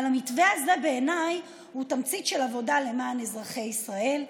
אבל המתווה הזה בעיניי הוא תמצית של עבודה למען אזרחי ישראל,